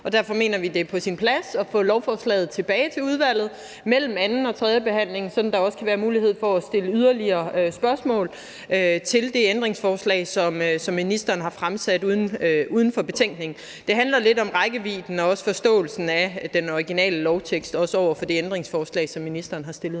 Derfor mener vi, det er på sin plads at få lovforslaget tilbage til udvalget mellem anden og tredje behandling, sådan at der også kan være mulighed for at stille yderligere spørgsmål til det ændringsforslag, som ministeren har stillet uden for betænkningen. Det handler lidt om rækkevidden og forståelsen af den originale lovtekst sat over for det ændringsforslag, som ministeren har stillet.